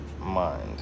mind